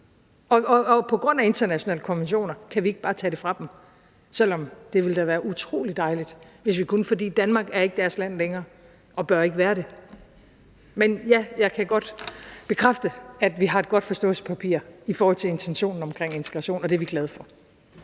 På grund af internationale konventioner kan vi ikke bare tage det fra dem, selv om det da ville være utrolig dejligt, hvis vi kunne det. For Danmark er ikke deres land længere og bør ikke være det. Men jeg kan godt bekræfte, at vi har et godt forståelsespapir i forhold til intentionen om integration, og det er vi glade for.